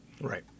Right